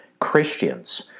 Christians